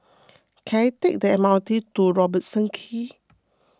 can I take the M R T to Robertson Quay